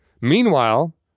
Meanwhile